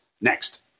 Next